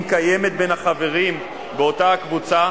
אם יש בין החברים באותה הקבוצה